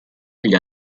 agli